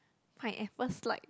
pineapple slide